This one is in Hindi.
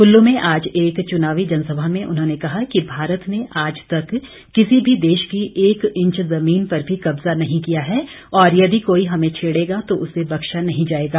कुल्लू में आज एक चुनावी जनसभा में उन्होंने कहा कि भारत ने आज तक किसी भी देश की एक इंच जमीन पर भी कब्जा नहीं किया है और यदि कोई हमें छेड़ेगा तो उसे बख्शा नहीं जाएगा